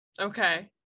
okay